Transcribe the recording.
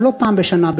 אבל לא פעם בשנה,